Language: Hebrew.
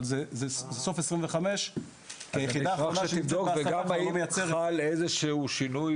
אבל זה סוף 2025. אני אשמח שתבדוק וגם אם חל איזה שהוא שינוי